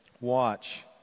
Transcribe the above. watch